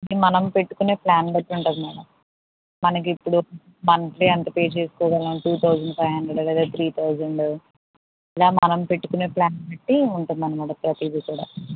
మనం పెట్టుకునే ప్లాన్ని బట్టి ఉంటుంది మేడం మనకుఇప్పుడు మంత్లీ ఎంత పే చేసుకోగలం టూ థౌసండ్ ఫైవ్ హండ్రడ్ లేదా త్రీ థౌసండ్ ఇలా మనం పెట్టుకునే ప్లాన్ని బట్టి ఉంటుంది అన్నమాట ప్రతిది కూడా